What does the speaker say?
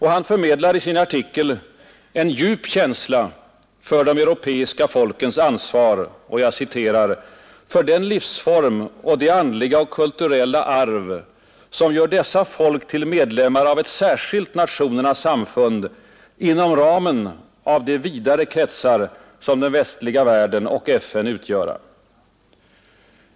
Han förmedlar i sin artikel en djup känsla för de europeiska folkens ansvar ”för den livsform och det andliga och kulturella arv som gör dessa folk till medlemmar av ett särskilt nationernas samfund inom ramen av de vidare kretsar som den västliga världen och FN utgöra”.